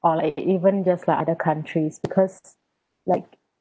or like even just like other countries because like